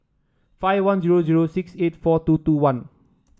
five one zero zero six eight four two two one